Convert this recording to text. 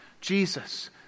Jesus